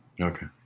Okay